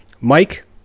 mike